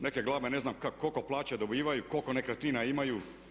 Neke glave ne znam koliko plaća dobivaju i koliko nekretnina imaju.